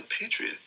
patriot